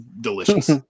Delicious